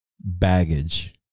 baggage